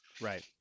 right